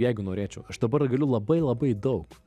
jeigu norėčiau aš dabar galiu labai labai daug